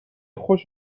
خوشت